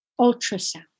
ultrasound